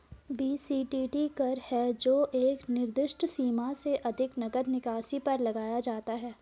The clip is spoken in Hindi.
बी.सी.टी.टी कर है जो एक निर्दिष्ट सीमा से अधिक नकद निकासी पर लगाया जाता है